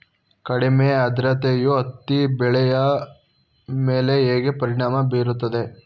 ಕಡಿಮೆ ಆದ್ರತೆಯು ಹತ್ತಿ ಬೆಳೆಯ ಮೇಲೆ ಹೇಗೆ ಪರಿಣಾಮ ಬೀರುತ್ತದೆ?